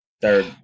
Third